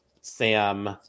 Sam